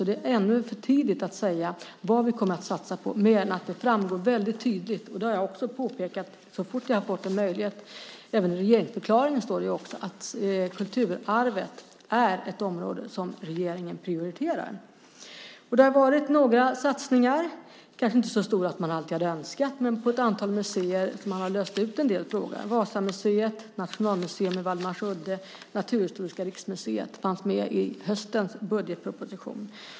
Det är ännu för tidigt att säga vad vi kommer att satsa på. Så fort jag har haft möjlighet har jag tydligt pekat på att kulturarvet är ett område som regeringen prioriterar. Det står också i regeringsförklaringen. Det har varit några satsningar på ett antal museer, kanske inte alltid så stora som man hade önskat. Vasamuseet, Nationalmuseum med Waldemarsudde och Naturhistoriska riksmuseet fanns med i höstens budgetproposition.